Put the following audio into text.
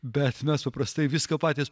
bet mes paprastai viską patys